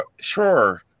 Sure